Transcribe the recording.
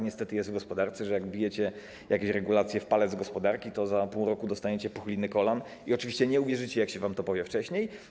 Niestety tak jest w gospodarce, że jeżeli wbijecie jakieś regulacje w palec gospodarki, to za pół roku dostaniecie puchliny kolan i oczywiście nie uwierzycie, jak się wam to powie wcześniej.